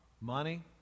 money